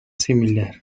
similar